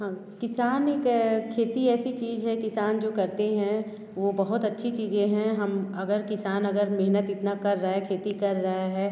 हाँ किसान एक खेती ऐसी चीज़ है किसान जो करते हैं वो बहुत अच्छी चीज़े हैं हम अगर किसान अगर मेहनत इतना कर रहा है खेती कर रहा है